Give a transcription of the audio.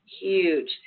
huge